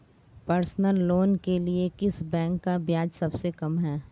Personal loan के लिए किस बैंक का ब्याज सबसे कम है?